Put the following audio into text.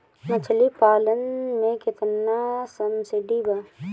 मछली पालन मे केतना सबसिडी बा?